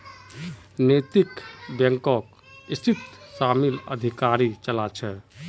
नैतिक बैकक इसीत शामिल अधिकारी चला छे